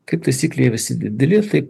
kaip taisyklė visi dideli tai